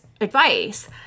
advice